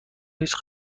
هیچ